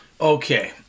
Okay